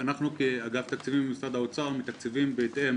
אנחנו כאגף תקציבים במשרד האוצר מתקצבים בהתאם